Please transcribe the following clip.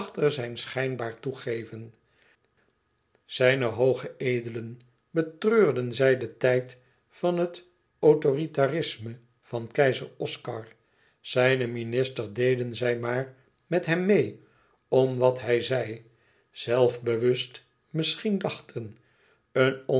zijn schijnbaar toegeven zijne hooge edelen betreurden zij den tijd van autoritairisme van keizer oscar zijne ministers deden zij maar met hem meê om wat zij zelfbewust misschien dachten een